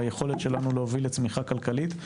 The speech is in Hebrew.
והיכולת שלנו להוביל לצמיחה כלכלית.